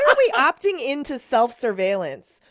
we opting into self-surveillance?